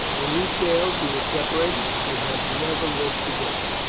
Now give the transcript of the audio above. when you sailed you were separated? we have never lived together.